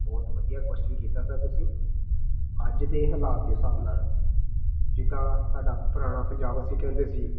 ਬਹੁਤ ਵਧੀਆ ਕੌਅਸ਼ਚਨ ਕੀਤਾ ਸਰ ਤੁਸੀਂ ਅੱਜ ਦੇ ਹਾਲਾਤ ਦੇ ਹਿਸਾਬ ਨਾਲ ਜਿੱਦਾਂ ਸਾਡਾ ਪੁਰਾਣਾ ਪੰਜਾਬ ਅਸੀਂ ਕਹਿੰਦੇ ਸੀ